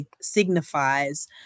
signifies